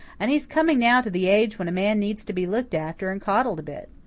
and he's coming now to the age when a man needs to be looked after and coddled a bit.